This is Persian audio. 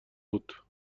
بود